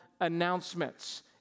announcements